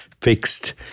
fixed